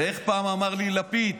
ואיך פעם אמר לי לפיד,